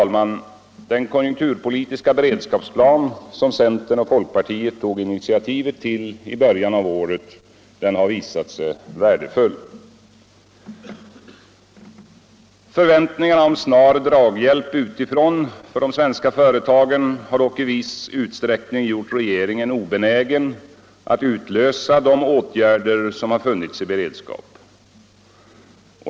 Den konjunkturpolitiska beredskapsplan som centern och folkpartiet tog initiativ till i början av året har visat sig värdefull. Förväntningarna om snar draghjälp utifrån för de svenska företagen har dock i viss utsträckning gjort regeringen obenägen att utlösa de åtgärder som funnits i beredskap.